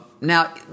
Now